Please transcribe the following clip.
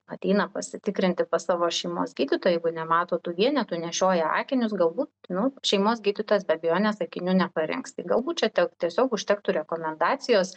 ateina pasitikrinti pas savo šeimos gydytoją jeigu nemato to vienetų nešioja akinius galbūt nu šeimos gydytojas be abejonės akinių neparinks tai galbūt čia te tiesiog užtektų rekomendacijos